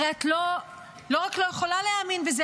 הרי את לא רק לא יכולה להאמין בזה,